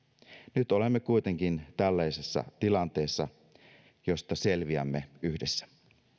nyt olemme kuitenkin tällaisessa tilanteessa josta selviämme yhdessä